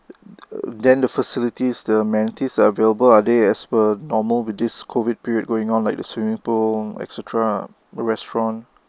then the facilities the amenities available are they as per normal with this COVID period going on like the swimming pool et cetera the restaurant